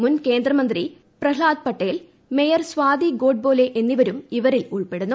മുൻ കേന്ദ്രമന്ത്രി പ്രഹ്താദ് പട്ടേൽ മേയർ സ്വാതി ഗോഡ്ബൊലെ എന്നിവരും ഇവരിൽ ഉൾപ്പെടുന്നു